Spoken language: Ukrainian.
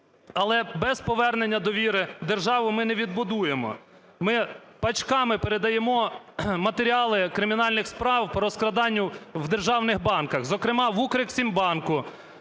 але без повернення довіри державу ми не відбудуємо. Ми пачками передаємо матеріали кримінальних справ по розкраданню в державних банках, зокрема в "Укрексімбанку"